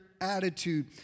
attitude